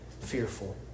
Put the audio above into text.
fearful